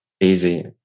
easy